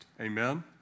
Amen